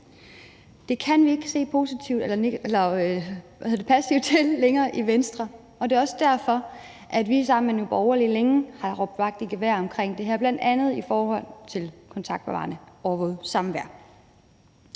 Det kan vi ikke se passivt på længere i Venstre, og det er også derfor, at vi sammen med Nye Borgerlige længe har råbt vagt i gevær om det her, bl.a. i forhold til kontaktbevarende overvåget samvær.